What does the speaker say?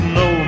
no